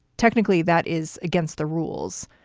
technically, that is against the rules,